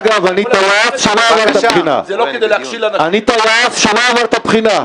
אגב, אני טייס שלא עבר את הבחינה.